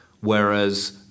Whereas